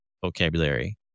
vocabulary